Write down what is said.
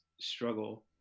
struggle